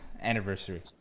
Anniversary